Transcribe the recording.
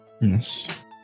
Yes